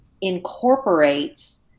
incorporates